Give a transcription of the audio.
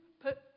put